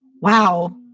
Wow